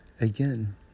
again